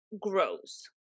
Grows